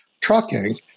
trucking